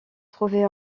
trouvait